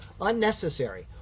unnecessary